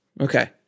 Okay